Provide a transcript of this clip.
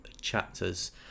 chapters